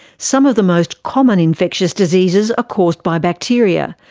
some of the most common infectious diseases are caused by bacteria.